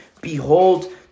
behold